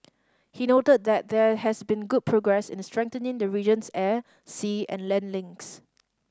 he noted that there has been good progress in strengthening the region's air sea and land links